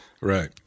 Right